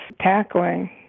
tackling